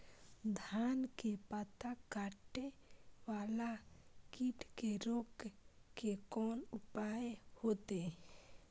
धान के पत्ता कटे वाला कीट के रोक के कोन उपाय होते?